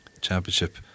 championship